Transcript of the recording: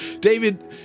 David